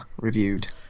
reviewed